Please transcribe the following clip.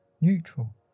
neutral